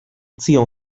zion